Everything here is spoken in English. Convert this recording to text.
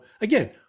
again